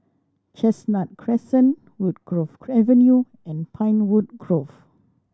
Chestnut Crescent Woodgrove Avenue and Pinewood Grove